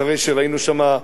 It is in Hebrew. אחרי שראינו שם,